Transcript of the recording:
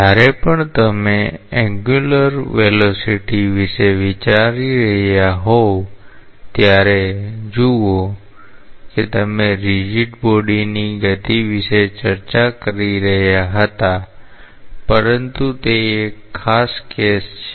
જ્યારે પણ તમે કોણીય વેગ વિશે વિચારી રહ્યા હોવ ત્યારે જુઓ અમે રીજીડ બોડીની ગતિ વિશે ચર્ચા કરી રહ્યા હતા પરંતુ તે એક ખાસ કેસ છે